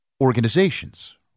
organizations